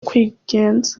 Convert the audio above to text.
kwigenza